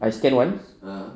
I scan one